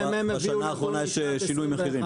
בשנה האחרונה יש שינוי מחירים